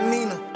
Nina